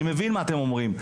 אני מבין מה שאתם אומרים.